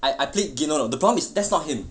I I played game know the problem is that's not him